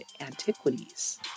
antiquities